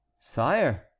Sire